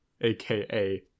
aka